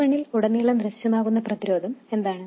C1 ൽ ഉടനീളം ദൃശ്യമാകുന്ന പ്രതിരോധം എന്താണ്